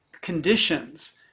conditions